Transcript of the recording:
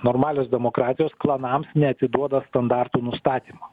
normalios demokratijos klanams neatiduoda standartų nustatymo